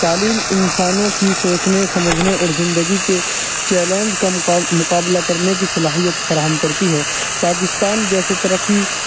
تعلیم انسانوں کی سوچنے سمجھنے اور زندگی کے چیلنج کا مقابلہ کرنے کی صلاحیت فراہم کرتی ہے پاکستان جیسے ترقی